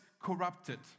corrupted